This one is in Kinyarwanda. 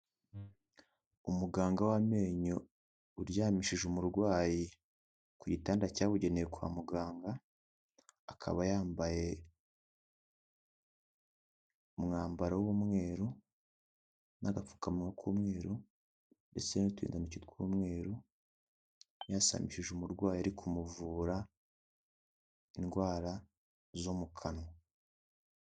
Umuganga w'amenyo uryamishije umurwayi ku gitanda cyabugeneye kwa muganga, akaba yambaye umwambaro w'umweru n'agapfukamunwa k'umweru ndetse n'uturindantoki tw'umweru, yasamishije umurwayi ari kumuvura indwara zo mu kanwa.